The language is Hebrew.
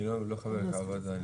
אני לא חבר בוועדה.